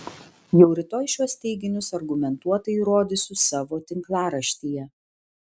jau rytoj šiuos teiginius argumentuotai įrodysiu savo tinklaraštyje